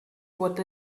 what